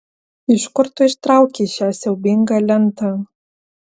iš kur tu ištraukei šią siaubingą lentą